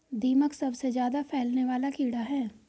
दीमक सबसे ज्यादा फैलने वाला कीड़ा है